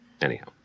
anyhow